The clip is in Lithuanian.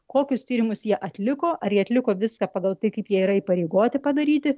kokius tyrimus jie atliko ar jie atliko viską pagal tai kaip jie yra įpareigoti padaryti